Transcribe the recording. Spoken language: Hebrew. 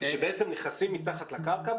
כשבעצם נכנסים מתחת לקרקע,